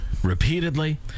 Repeatedly